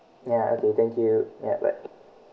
yeah okay thank you ya bye